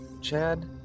Chad